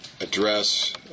address